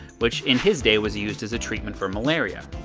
which in his day was used as a treatment for malaria.